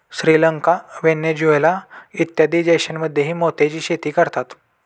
Sri Lanka, Venezuela इत्यादी देशांमध्येही मोत्याची शेती करतात